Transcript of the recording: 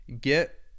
get